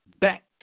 back